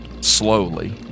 slowly